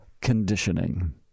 conditioning